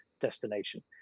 destination